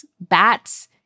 bats